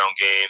game